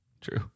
True